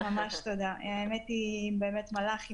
היא באמת מלאך.